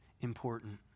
important